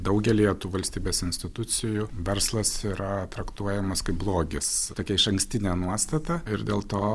daugelyje tų valstybės institucijų verslas yra traktuojamas kaip blogis tokia išankstinė nuostata ir dėl to